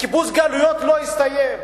קיבוץ הגלויות לא הסתיים.